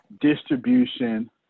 distribution